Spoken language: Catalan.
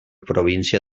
província